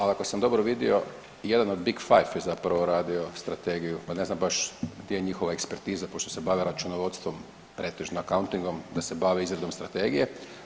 Ali ako sam dobro vidio, jedan od Big Five je zapravo radio Strategiju pa ne znam baš gdje je njihova ekspertiza pošto se bave računovodstvo, pretežno accountingom, da se bave izradom Strategije.